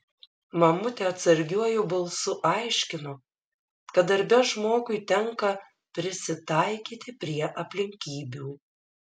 mamutė atsargiuoju balsu aiškino kad darbe žmogui tenka prisitaikyti prie aplinkybių